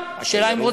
בקיצור, ייצור